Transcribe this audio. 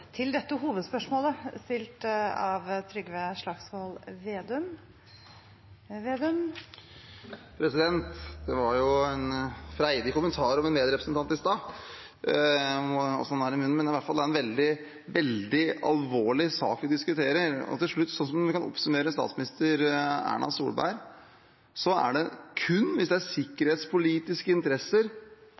Det var jo en freidig kommentar om en medrepresentant i stad, hvordan han er i munnen, men det er i hvert fall en veldig, veldig alvorlig sak vi diskuterer. Slik vi kan oppsummere statsminister Erna Solberg, er det kun hvis det er sikkerhetspolitiske interesser,